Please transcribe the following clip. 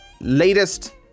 latest